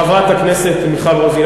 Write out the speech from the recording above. חברת הכנסת מיכל רוזין,